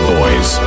Boys